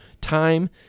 time